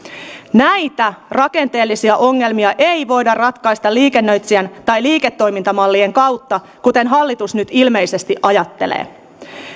näitä rakenteellisia ongelmia ei voida ratkaista liikennöitsijän tai liiketoimintamallien kautta kuten hallitus nyt ilmeisesti ajattelee